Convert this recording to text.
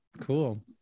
Cool